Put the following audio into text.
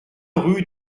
rue